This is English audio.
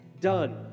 done